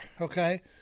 Okay